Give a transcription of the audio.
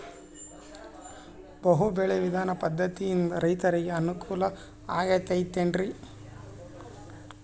ಬಹು ಬೆಳೆ ವಿಧಾನ ಪದ್ಧತಿಯಿಂದ ರೈತರಿಗೆ ಅನುಕೂಲ ಆಗತೈತೇನ್ರಿ?